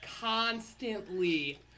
Constantly